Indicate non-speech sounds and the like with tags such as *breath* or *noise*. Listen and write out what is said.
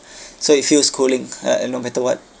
*breath* so it feels cooling uh no matter what